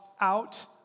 out